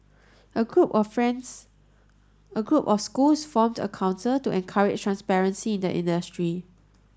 a group of friends a group of schools formed a council to encourage transparency in the industry